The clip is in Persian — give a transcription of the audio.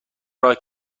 راه